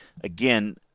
Again